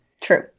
True